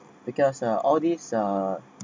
because uh all these err